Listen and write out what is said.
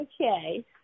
okay